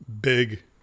big